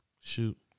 Shoot